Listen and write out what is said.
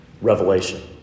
Revelation